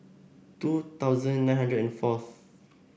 two thousand nine hundred and fourth